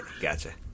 gotcha